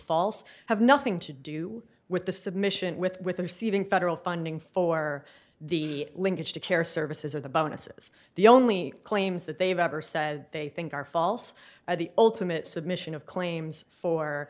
false have nothing to do with the submission with with receiving federal funding for the linkage to care services or the bonuses the only claims that they've ever said they think are false are the ultimate submission of claims for